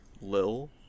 Lil